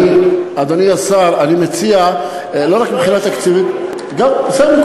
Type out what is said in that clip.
אדוני השר, אני מציע לא רק מבחינה תקציבית, בסדר.